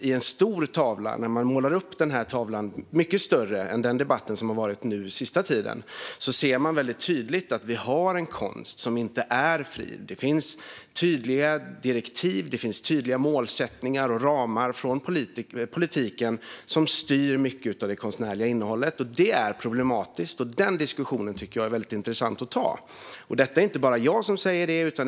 När man målar upp det i en stor tavla, mycket större än den debatt som har varit nu den senaste tiden, ser man väldigt tydligt att vi har en konst som inte är fri. Det finns tydliga direktiv, tydliga målsättningar och ramar, från politiken som styr mycket av det konstnärliga innehållet. Det är problematiskt. Den diskussionen är väldigt intressant att ta. Det är inte bara jag som säger det.